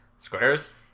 Squares